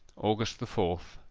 august the fourth.